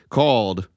called